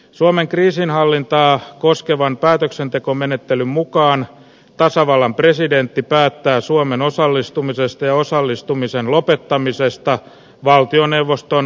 suomen kriisinhallintaa koskevan päätöksentekomenettelyn mukaan tasavallan presidentti päättää suomen osallistumisesta ja osallistumisen lopettamisesta valtioneuvoston ratkaisuehdotuksesta